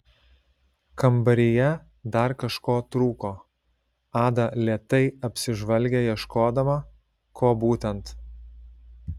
kambaryje dar kažko trūko ada lėtai apsižvalgė ieškodama ko būtent